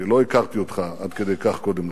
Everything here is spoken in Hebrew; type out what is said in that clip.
כי לא הכרתי אותך עד כדי כך קודם לכן,